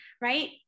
right